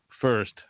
first